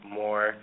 more